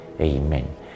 Amen